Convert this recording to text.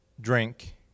drink